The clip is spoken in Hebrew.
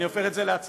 אני הופך את זה להצעה